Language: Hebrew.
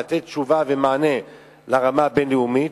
לתת תשובה ומענה ברמה הבין-לאומית,